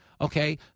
Okay